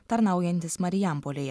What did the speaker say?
tarnaujantis marijampolėje